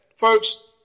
folks